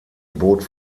boot